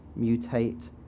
mutate